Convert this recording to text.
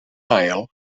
ail